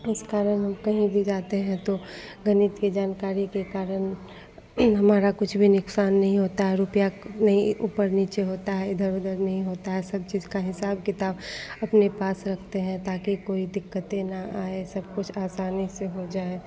इस कारण हम कहीं भी जाते हैं तो गणित की जानकारी के कारण हमारा कुछ भी नुकसान नहीं होता है रुपया नहीं ऊपर नीचे होता है इधर उधर नहीं होता है सब चीज़ का हिसाब किताब अपने पास रखते हैं ताकि कोई दिक्कत न आए सबकुछ आसानी से हो जाए